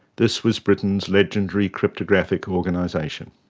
this was britain's legendary cryptographic organisation.